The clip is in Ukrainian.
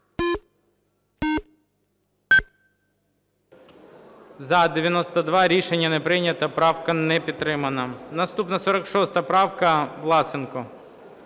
За-92 Рішення не прийнято. Правка не підтримана. Наступна 46 правка, Власенко.